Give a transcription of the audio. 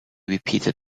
repeated